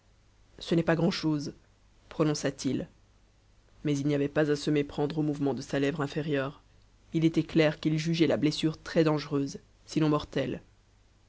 ce n'est pas grand'chose prononça-t-il mais il n'y avait pas à se méprendre au mouvement de sa lèvre inférieure il était clair qu'il jugeait la blessure très dangereuse sinon mortelle